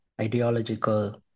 ideological